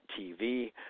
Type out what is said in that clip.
TV